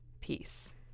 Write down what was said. Peace